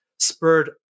spurred